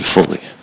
fully